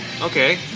Okay